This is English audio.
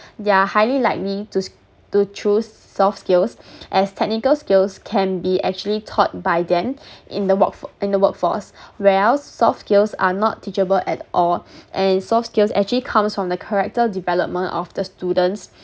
they are highly likely to c~ to choose soft skills as technical skills can be actually taught by them in the work f~ in the work force where else soft skills are not teachable at all and soft skills actually comes from the character development of the students